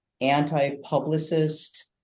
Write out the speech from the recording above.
anti-publicist